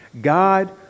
God